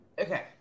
okay